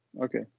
Okay